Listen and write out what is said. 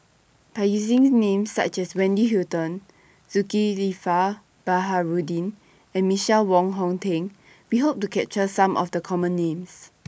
By using Names such as Wendy Hutton Zulkifli Baharudin and Michael Wong Hong Teng We Hope to capture Some of The Common Names